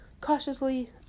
cautiously